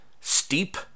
steep